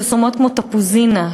פרסומות כמו "תפוזינה",